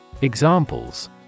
Examples